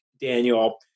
Daniel